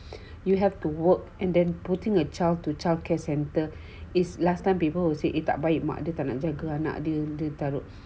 you have to work and then putting a child to childcare centre is last time people will say eh tak baik mak dia tak nak jaga anak dia dia letak